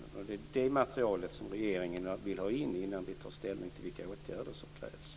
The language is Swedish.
Det är det materialet som regeringen vill ha in innan vi tar ställning till vilka åtgärder som krävs.